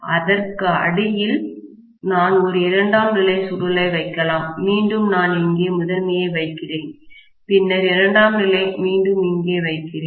அதற்கு அடியில் நான் ஒரு இரண்டாம் நிலை சுருளை வைக்கலாம் மீண்டும் நான் இங்கே முதன்மையை வைக்கிறேன் பின்னர் இரண்டாம் நிலை மீண்டும் இங்கே வைக்கிறேன்